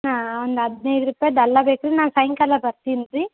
ಹಾಂ ಒಂದು ಹದ್ನೈದು ರೂಪಾಯ್ದು ಅಲ್ಲ ಬೇಕ್ರಿ ನಾನು ಸಾಯಂಕಾಲ ಬರ್ತೀನಿ ರೀ